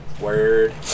Word